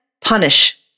punish